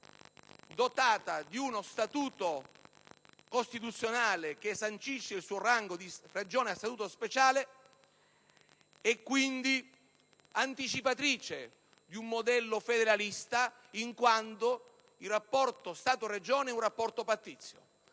dotata di uno statuto costituzionale che sancisce il suo rango di Regione a Statuto speciale e, quindi, anticipatrice di un modello federalista, in quanto il rapporto tra Stato e Regione è un rapporto pattizio.